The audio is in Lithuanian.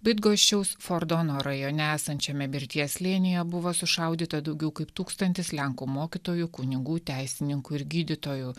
bydgoščiaus fordono rajone esančiame mirties slėnyje buvo sušaudyta daugiau kaip tūkstantis lenkų mokytojų kunigų teisininkų ir gydytojų